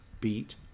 beat